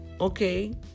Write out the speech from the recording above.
Okay